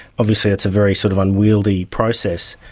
obviously it's a very sort of unwieldy process.